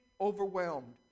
overwhelmed